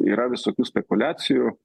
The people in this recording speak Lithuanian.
yra visokių spekuliacijų